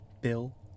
Bill